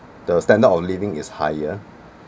the standard of living is higher